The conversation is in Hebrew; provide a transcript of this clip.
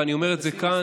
ואני אומר את זה כאן,